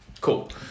cool